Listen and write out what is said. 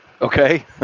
Okay